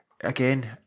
again